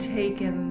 taken